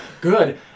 good